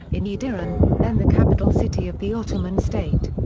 in edirne, then the capital city of the ottoman state.